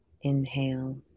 Inhale